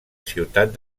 ciutat